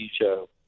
show